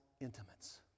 intimates